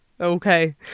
Okay